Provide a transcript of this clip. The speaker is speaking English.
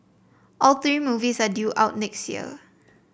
all three movies are due out next year